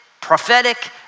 prophetic